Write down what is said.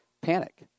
panic